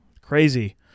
Crazy